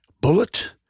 bullet